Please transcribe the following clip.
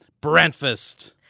*Breakfast*